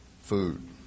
food